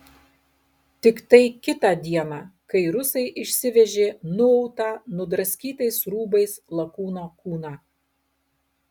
tiktai kitą dieną kai rusai išsivežė nuautą nudraskytais rūbais lakūno kūną